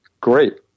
Great